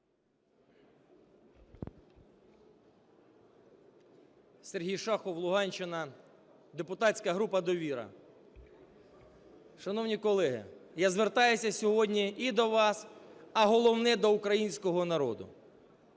Сергій Шахов, Луганщина, депутатська група "Довіра". Шановні колеги, я звертаюся сьогодні і до вас, а головне – до українського народу.